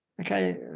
Okay